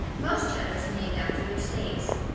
most cheddars are named after their states.